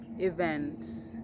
events